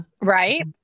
Right